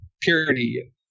purity